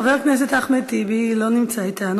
חבר הכנסת אחמד טיבי, לא נמצא אתנו.